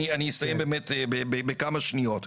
אסיים בכמה שניות,